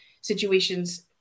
situations